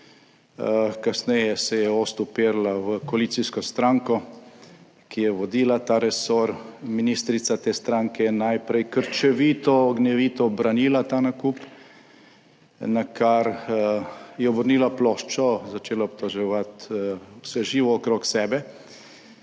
kasneje se je ost uperila v koalicijsko stranko, ki je vodila ta resor. Ministrica te stranke je najprej krčevito, ognjevito branila ta nakup, na kar je obrnila ploščo, začela obtoževati vse živo okrog sebe,